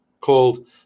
called